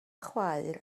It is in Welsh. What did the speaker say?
chwaer